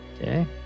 Okay